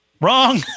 Wrong